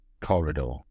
corridor